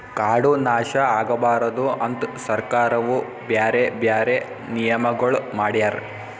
ಕಾಡು ನಾಶ ಆಗಬಾರದು ಅಂತ್ ಸರ್ಕಾರವು ಬ್ಯಾರೆ ಬ್ಯಾರೆ ನಿಯಮಗೊಳ್ ಮಾಡ್ಯಾರ್